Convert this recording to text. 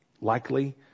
Likely